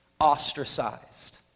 ostracized